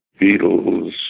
Beatles